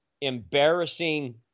embarrassing